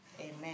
Amen